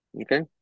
Okay